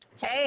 Hey